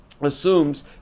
assumes